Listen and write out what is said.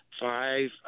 five